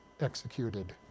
executed